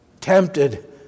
tempted